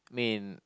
I mean